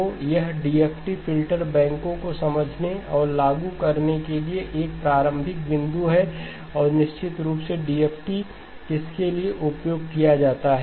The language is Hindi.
तो यह DFT फिल्टर बैंकों को समझने और लागू करने के लिए एक प्रारंभिक बिंदु है और निश्चित रूप से DFT किसके लिए उपयोग किया जाता है